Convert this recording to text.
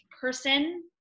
person